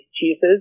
cheeses